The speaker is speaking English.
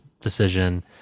decision